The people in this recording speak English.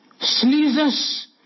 sneezes